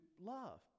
love